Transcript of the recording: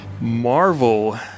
Marvel